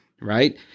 right